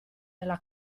della